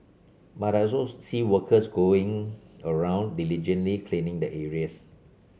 but I also see workers going around diligently cleaning the areas